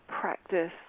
practice